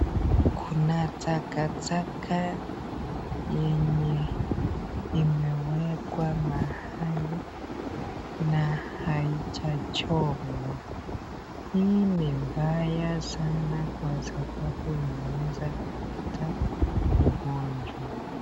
Kuna takataka yenye imewekwa mahali na haija chomwa. Hii ni mbaya sana lwa sababu inaweza kuleta ugonjwa.